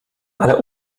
ale